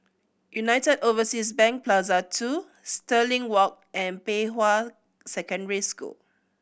United Overseas Bank Plaza Two Stirling Walk and Pei Hwa Secondary School